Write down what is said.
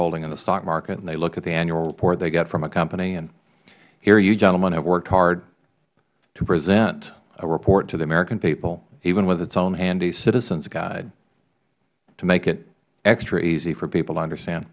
holding in the stock market and they look at the annual report they get from a company and here you gentlemen have worked hard to present a report to the american people even with its own handy citizens guide to make it extra easy for people to understand